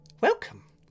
Welcome